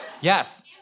Yes